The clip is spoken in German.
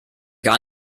gar